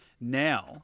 now